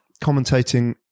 commentating